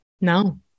No